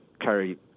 carry